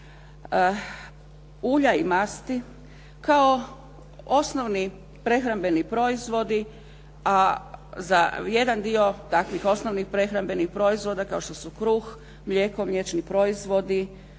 Ulja i masti kao osnovni prehrambeni proizvodi, a za jedan dio takvih osnovnih prehrambenim proizvoda kao što su kruh, mlijeko, mliječni proizvodi,